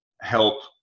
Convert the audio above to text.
help